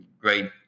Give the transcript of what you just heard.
great